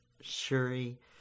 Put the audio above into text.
Shuri